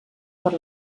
per